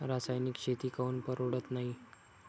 रासायनिक शेती काऊन परवडत नाई?